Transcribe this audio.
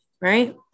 Right